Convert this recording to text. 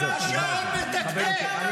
יש זמזומים מהצד הזה.